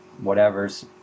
whatever's